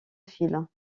file